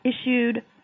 issued